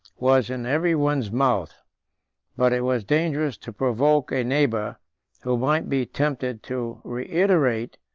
was in every one's mouth but it was dangerous to provoke a neighbor who might be tempted to reiterate,